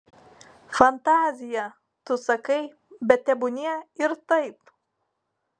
fantazija tu sakai bet tebūnie ir taip